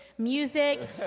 music